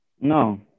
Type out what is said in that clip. No